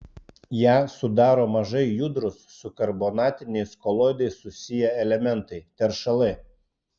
ją sudaro mažai judrūs su karbonatiniais koloidais susiję elementai teršalai